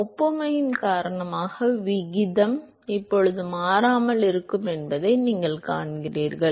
ஒப்புமையின் காரணமாக விகிதம் இப்போது மாறாமல் இருக்கும் என்பதை நீங்கள் காண்கிறீர்கள்